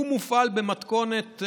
הוא מופעל במתכונת,